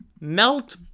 Melt